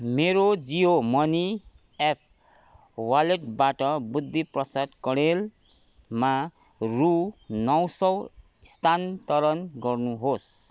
मेरो Jio money app वालेटबाट बुद्धि प्रसाद कँडेलमा रु नौ सौ स्थानान्तरण गर्नुहोस्